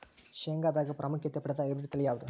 ಶೇಂಗಾದಾಗ ಪ್ರಾಮುಖ್ಯತೆ ಪಡೆದ ಹೈಬ್ರಿಡ್ ತಳಿ ಯಾವುದು?